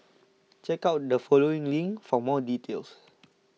check out the following link for more details